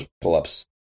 pull-ups